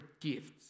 gifts